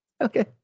Okay